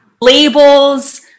labels